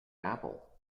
apple